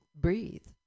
breathe